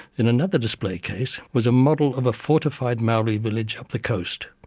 in another display case was a model of a fortified maori village up the coast.